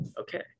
okay